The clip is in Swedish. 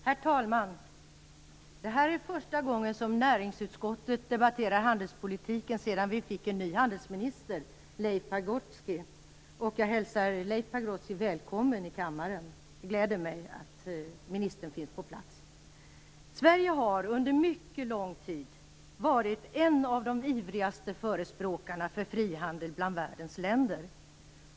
Herr talman! Det här är första gången som näringsutskottet debatterar handelspolitiken sedan vi fick en ny handelsminister, Leif Pagrotsky. Jag hälsar Leif Pagrotsky välkommen i kammaren. Det gläder mig att ministern finns på plats. Sverige har under mycket lång tid varit en av de ivrigaste förespråkarna för frihandel bland världens länder.